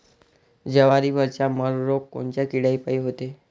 जवारीवरचा मर रोग कोनच्या किड्यापायी होते?